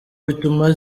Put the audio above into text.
bituma